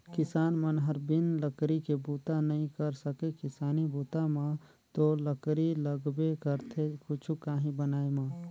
किसान मन हर बिन लकरी के बूता नइ कर सके किसानी बूता म तो लकरी लगबे करथे कुछु काही बनाय म